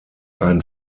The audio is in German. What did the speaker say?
ein